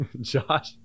josh